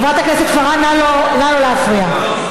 חברת הכנסת פארן, נא לא להפריע.